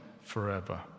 forever